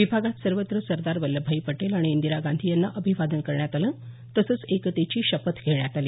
विभागात सर्वत्र सरदार वल्लभभाई पटेल आणि इंदिरा गांधी यांना अभिवादन करण्यात आलं तसंच एकतेची शपथ घेण्यात आली